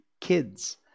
kids